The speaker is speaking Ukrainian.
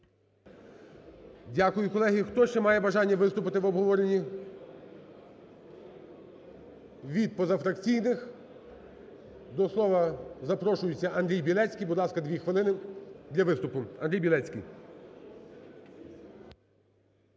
Дякую, колеги. Хто ще має бажання виступити в обговоренні? Від позафракційних до слова запрошується Андрій Білецький. Будь ласка, 2 хвилини для виступу.